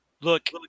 Look